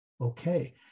okay